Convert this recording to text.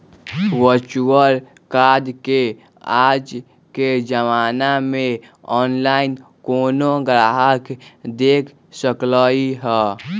virtual card के आज के जमाना में ऑनलाइन कोनो गाहक देख सकलई ह